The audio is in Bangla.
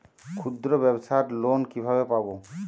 ক্ষুদ্রব্যাবসার লোন কিভাবে পাব?